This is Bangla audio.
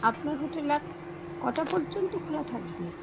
আপনার হোটেল এক কটা পর্যন্ত খোলা থাকবে